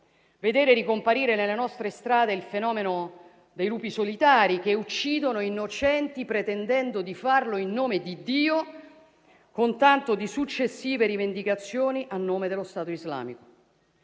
vedere ricomparire nelle nostre strade il fenomeno dei lupi solitari, che uccidono innocenti pretendendo di farlo in nome di Dio, con tanto di successive rivendicazioni a nome dello Stato islamico.